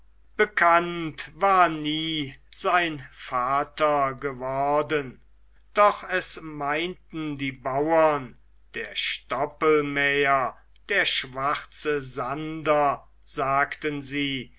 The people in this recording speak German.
bekannt war nie sein vater geworden doch es meinten die bauern der stoppelmäher der schwarze sander sagten sie